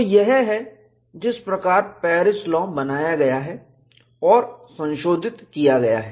तो यह है जिस प्रकार पेरिस लाॅ बनाया गया है और संशोधित किया गया है